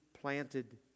planted